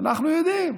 אנחנו יודעים,